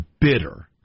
bitter